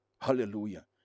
Hallelujah